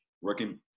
working